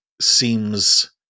seems